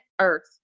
earth